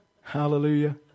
Hallelujah